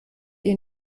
ihr